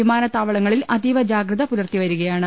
വിമാനത്താവളങ്ങളിൽ അതീവ ജാഗ്രത പുലർത്തിവരികയാണ്